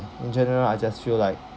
in general I just feel like